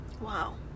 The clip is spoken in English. Wow